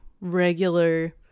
regular